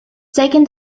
taking